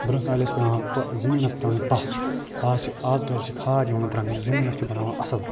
برونٛہہ کالہِ ٲسۍ پٮ۪وان زٔمیٖنس تراوٕنۍ پاہ آز چھِ کٲل چھِ کھاد یِوان تراونہٕ یُس زٔمیٖنس چھُ بناوان اَصٕل